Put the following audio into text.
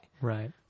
Right